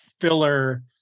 filler